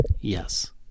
yes